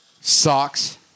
Socks